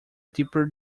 deeper